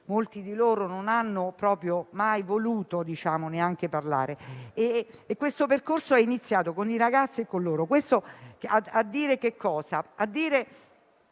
molti di loro non hanno mai voluto neanche parlarne. Questo percorso è iniziato, con i ragazzi e con loro,